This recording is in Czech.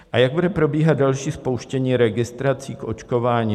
A jak bude probíhat další spouštění registrací k očkování?